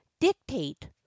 dictate